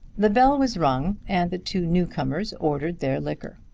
the bell was rung, and the two new-comers ordered their liquor.